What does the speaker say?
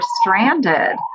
stranded